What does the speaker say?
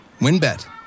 Winbet